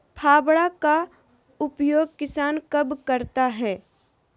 फावड़ा का उपयोग किसान कब करता है?